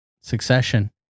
Succession